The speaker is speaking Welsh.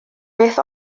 beth